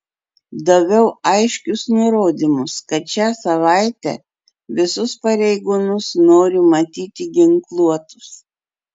daviau aiškius nurodymus kad šią savaitę visus pareigūnus noriu matyti ginkluotus